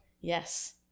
Yes